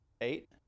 Eight